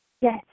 Yes